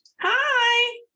Hi